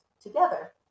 together